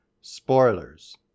spoilers